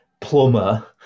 plumber